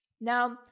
Now